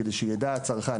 כדי שיידע הצרכן,